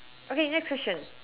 okay next question